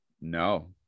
no